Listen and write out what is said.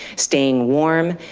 staying warm,